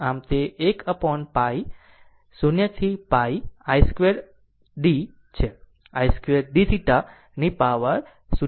આમ તે 1 upon π 0 થીπ i2d છે i2dθ ની પાવર 0